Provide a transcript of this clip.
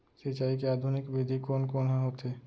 सिंचाई के आधुनिक विधि कोन कोन ह होथे?